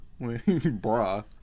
Bruh